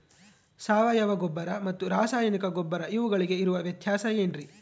ಸಾವಯವ ಗೊಬ್ಬರ ಮತ್ತು ರಾಸಾಯನಿಕ ಗೊಬ್ಬರ ಇವುಗಳಿಗೆ ಇರುವ ವ್ಯತ್ಯಾಸ ಏನ್ರಿ?